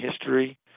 history